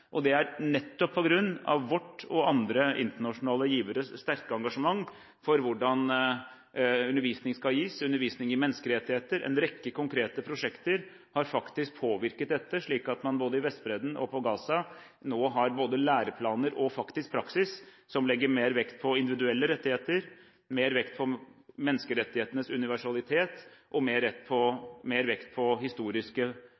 vårt og andre internasjonale giveres sterke engasjement for hvordan undervisning skal gis. Undervisning i menneskerettigheter – en rekke konkrete prosjekter – har faktisk påvirket dette slik at man både på Vestbredden og i Gaza nå både har læreplaner og praksis som legger mer vekt på individuelle rettigheter, mer vekt på menneskerettighetenes universalitet, og mer